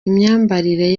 imyambarire